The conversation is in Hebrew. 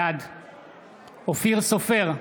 בעד אופיר סופר,